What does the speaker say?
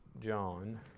John